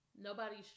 nobody's